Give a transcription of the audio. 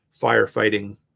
firefighting